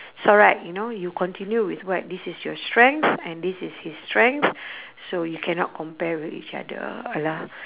it's alright you know you continue with what this is your strength and this is his strength so you cannot compare with each other !alah!